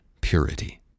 purity